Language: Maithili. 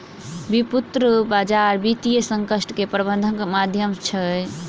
व्युत्पन्न बजार वित्तीय संकट के प्रबंधनक माध्यम छै